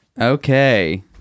Okay